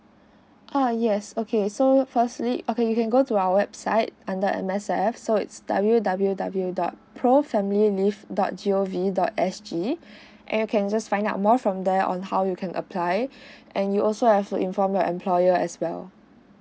err yes okay so firstly okay you can go through our website under M_S_F so it's W W W dot pro family leave dot g o v dot S G and you can just find out more from there on how you can apply and you also have to inform your employer as well